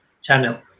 channel